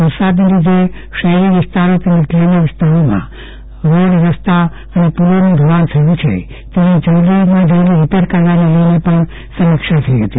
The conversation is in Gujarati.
વરસાદને લીધે શહેરી વિસ્તારો તેમજ ગ્રામ્ય વિસ્તારોમાં રોડ રસ્તા અને પુલોનું ધોવાણ થયું છે તેને જલ્દીમાં જલ્દી રીપેર કરવાને લઈને પણ સમીક્ષા થઈ હતી